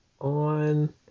on